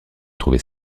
trouver